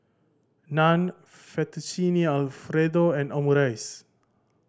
Naan Fettuccine Alfredo and Omurice